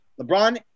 LeBron